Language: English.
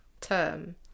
term